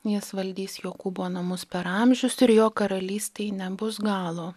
jas valdys jokūbo namus per amžius ir jo karalystei nebus galo